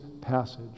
passage